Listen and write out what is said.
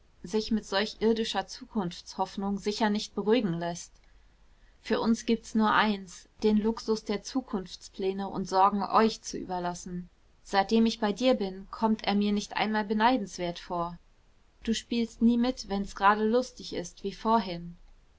sich mit solch irdischer zukunftshoffnung sicher nicht beruhigen läßt für uns gibt's nur eins den luxus der zukunftspläne und sorgen euch zu überlassen seitdem ich bei dir bin kommt er mir nicht einmal beneidenswert vor du spielst nie mit wenn's gerade lustig ist wie vorhin